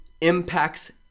impacts